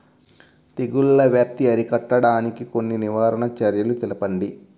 తెగుళ్ల వ్యాప్తి అరికట్టడానికి కొన్ని నివారణ చర్యలు తెలుపండి?